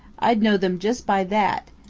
i'd know them just by that,